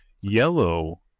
Yellow